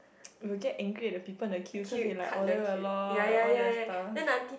we will get angry at the people in the queue cause they like order a lot and all that stuff